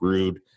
Rude